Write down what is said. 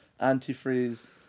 antifreeze